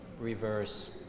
reverse